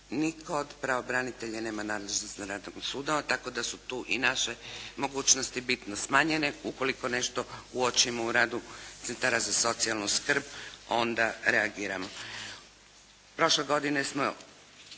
Nitko od pravobranitelja nema nadležnost za rad oko sudova, tako da su tu i naše mogućnosti bitno smanjene. Ukoliko nešto uočimo u radu centara za socijalnu skrb onda reagiramo.